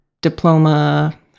diploma